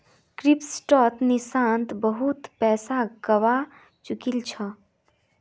क्रिप्टोत निशांत बहुत पैसा गवा चुकील छ